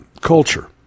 culture